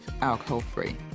alcohol-free